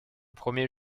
premier